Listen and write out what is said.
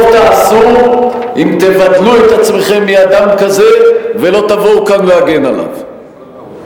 טוב תעשו אם תבדלו את עצמכם מאדם כזה ולא תבואו כאן להגן עליו.